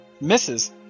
Misses